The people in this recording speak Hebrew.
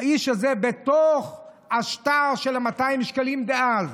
האיש הזה, בתוך השטר של 200 שקלים דאז,